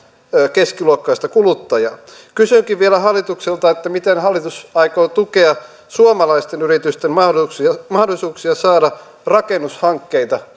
keskiluokkaista kuluttajaa kysynkin vielä hallitukselta miten hallitus aikoo tukea suomalaisten yritysten mahdollisuuksia mahdollisuuksia saada rakennushankkeita